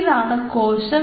ഇതാണ് കോശം